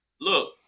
look